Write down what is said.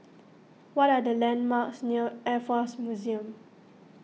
what are the landmarks near Air force Museum